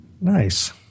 Nice